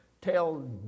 tell